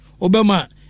Obama